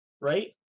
right